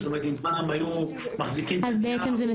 אם פעם היינו מחזיקים את הנייר --- אז זה מסומן